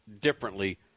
differently